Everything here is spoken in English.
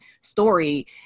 story